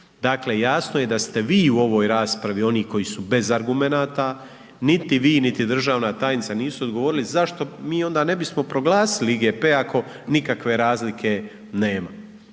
Dakle jasno je da ste vi u ovoj raspravi oni koji su bez argumenata, niti vi niti državna tajnica nisu odgovorili zašto mi onda ne bismo proglasili IGP ako nikakve razlike nema